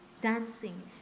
dancing